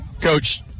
Coach